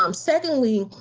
um secondly,